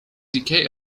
decay